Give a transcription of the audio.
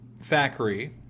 Thackeray